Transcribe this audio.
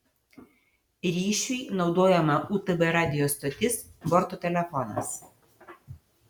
ryšiui naudojama utb radijo stotis borto telefonas